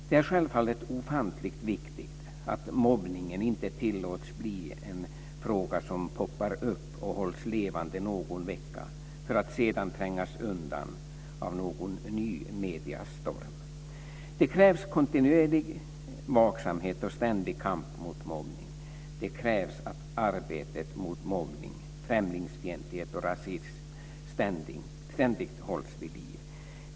Det är självfallet ofantligt viktigt att mobbningen inte tillåts bli en fråga som poppar upp och hålls lelvande någon vecka för att sedan trängas undan av någon ny mediestorm. Det krävs kontinuerlig vaksamhet och ständig kamp mot mobbning. Det krävs att arbetet mot mobbning, främlingsfientlighet och rasism ständigt hålls vid liv.